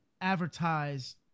advertise